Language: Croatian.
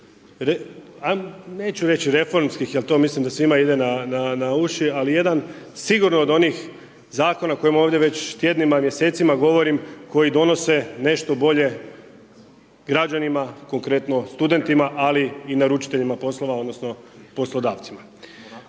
neću reći reformskih jer to mislim da svima ide na uši ali jedan sigurno od onih zakona o kojima ovdje već tjednima i mjesecima govorim koji donose nešto bolje građanima, konkretno studentima ali i naručiteljima poslova odnosno poslodavcima,